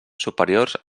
superiors